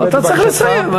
אתה צריך לסיים,